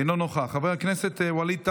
אינו נוכח, חבר הכנסת ווליד טאהא,